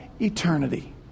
eternity